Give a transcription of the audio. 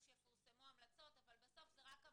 כשמסתיים התהליך אתם כבר מגישים את מה שצריך,